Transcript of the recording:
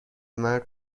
مرد